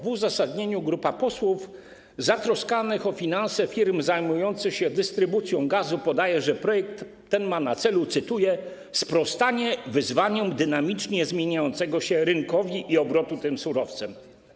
W uzasadnieniu grupa posłów zatroskanych o finanse firm zajmujących się dystrybucją gazu podaje, że projekt ten ma na celu, cytuję, sprostanie wyzwaniom dynamicznie zmieniającego się rynku i związanym z obrotem tym surowcem.